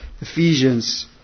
Ephesians